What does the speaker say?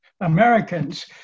Americans